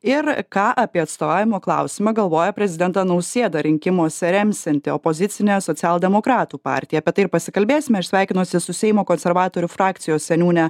ir ką apie atstovavimo klausimą galvoja prezidentą nausėdą rinkimuose remsianti opozicinė socialdemokratų partija apie tai ir pasikalbėsime aš sveikinuosi su seimo konservatorių frakcijos seniūne